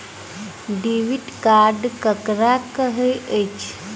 Debit card ककरा कहै छै?